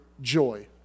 joy